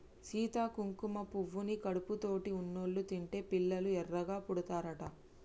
సీత కుంకుమ పువ్వుని కడుపుతోటి ఉన్నోళ్ళు తింటే పిల్లలు ఎర్రగా పుడతారట